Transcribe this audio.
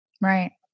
Right